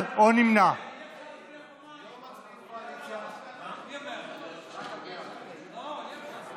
ההצעה לבחור את חבר הכנסת אחמד טיבי ליושב-ראש הכנסת לא נתקבלה.